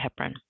heparin